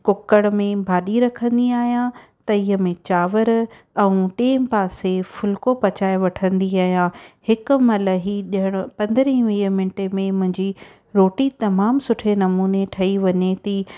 कुकड़ में भाॼी रखंदी आहियां तईअ में चांवर ऐं टिएं पासे फुल्को पचाए वठंदी आहियां हिकु महिल ई ॼणु पंद्रहीं वीह मिंटे में मुंहिंजी रोटी तमामु सुठे नमूने ठही वञे थी